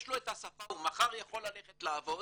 הוא מחר יכול ללכת לעבוד,